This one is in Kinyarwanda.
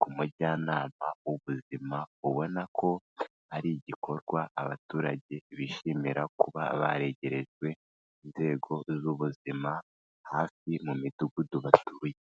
ku mujyanama w'ubuzima. Ubona ko ari igikorwa abaturage bishimira, kuba baregerejwe inzego z'ubuzima, hafi mu midugudu batuye.